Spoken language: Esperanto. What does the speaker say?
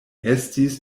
estis